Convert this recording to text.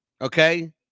Okay